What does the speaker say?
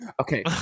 Okay